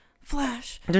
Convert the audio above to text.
Flash